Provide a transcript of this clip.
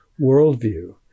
worldview